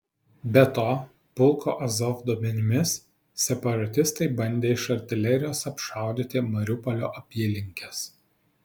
be to pulko azov duomenimis separatistai bandė iš artilerijos apšaudyti mariupolio apylinkes